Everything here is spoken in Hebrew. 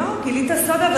לא גילית סוד,